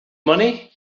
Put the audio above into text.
money